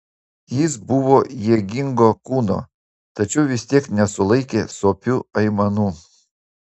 jis buvo jėgingo kūno tačiau vis tiek nesulaikė sopių aimanų